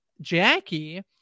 Jackie